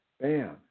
Bam